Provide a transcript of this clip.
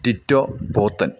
Tito Pothan